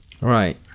Right